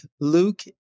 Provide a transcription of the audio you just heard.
Luke